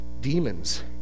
demons